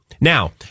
Now